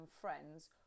friends